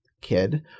kid